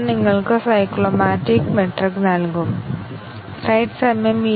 അതിനാൽ നിങ്ങൾ B സജ്ജമാക്കിയത് സത്യത്തിന് തുല്യവും A സത്യത്തിന് തുല്യവുമാണെങ്കിൽ ഫലം ശരിയാണ്